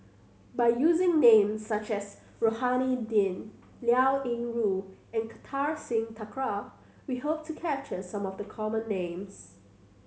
by using names such as Rohani Din Liao Yingru and Kartar Singh Thakral we hope to capture some of the common names